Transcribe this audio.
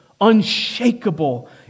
unshakable